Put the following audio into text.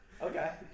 Okay